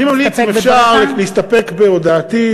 אני ממליץ, אם אפשר, להסתפק בהודעתי.